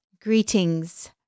Greetings